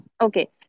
Okay